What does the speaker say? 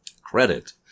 Credit